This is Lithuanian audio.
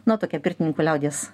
na tokia pirtininkų liaudies